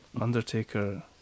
Undertaker